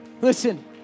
Listen